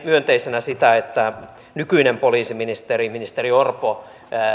myönteisenä sitä että nykyinen poliisiministeri ministeri orpo